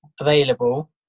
available